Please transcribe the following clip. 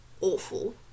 awful